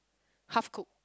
half cooked